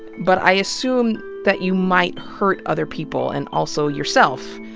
but i assume that you might hurt other people and also yourself,